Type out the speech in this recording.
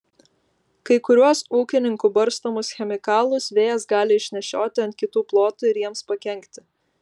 kai kuriuos ūkininkų barstomus chemikalus vėjas gali išnešioti ant kitų plotų ir jiems pakenkti